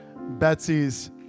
Betsy's